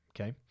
Okay